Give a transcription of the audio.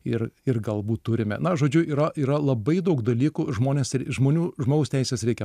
ir ir galbūt turime na žodžiu yra yra labai daug dalykų žmonės ir žmonių žmogaus teises reikia